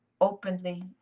openly